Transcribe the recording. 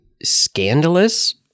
scandalous